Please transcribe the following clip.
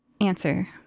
Answer